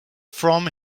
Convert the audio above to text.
from